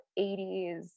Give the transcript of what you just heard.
80s